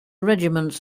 regiments